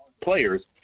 players